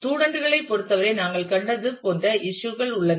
student களைப் பொறுத்தவரை நாங்கள் கண்டது போன்ற இஸ்யூ கள் உள்ளன